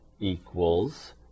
equals